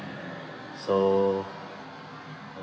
so